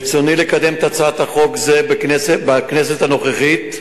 ברצוני לקדם הצעת חוק זו בכנסת הנוכחית,